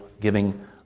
giving